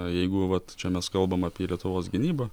jeigu vat čia mes kalbam apie lietuvos gynybą